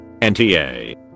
Nta